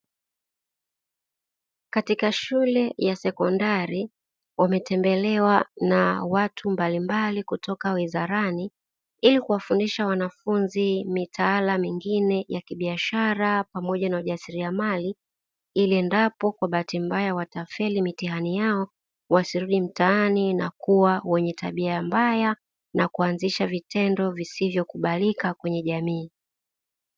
Katika shule ya sekondari wametembelewa na watu mbalimbali kutoka wizarani, ili kuwafundisha wanafunzi mitaala mingine ya kibiashara pamoja na ujasiriamali, ili endapo kwa bahati mbaya watafeli mitihani yao wasirudi mtaani na kuwa wenye tabia mbaya na kuanzisha vitendo visivyokubalika kwenye jamii.